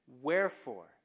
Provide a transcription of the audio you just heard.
wherefore